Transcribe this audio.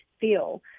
feel